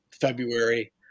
February